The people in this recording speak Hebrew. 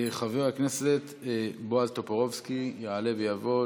חבר הכנסת בועז טופורובסקי יעלה ויבוא.